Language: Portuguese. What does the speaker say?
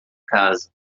casa